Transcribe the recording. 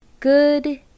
Good